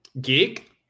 Geek